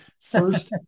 First